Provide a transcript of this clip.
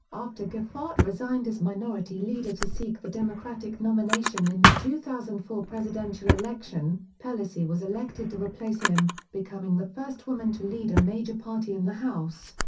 after gephardt resigned as minority leader to seek the democratic nomination in the two thousand and four presidential election, pelosi was elected to replace him, becoming the first woman to lead a major party in the house.